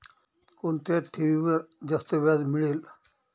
कोणत्या ठेवीवर जास्त व्याज मिळेल?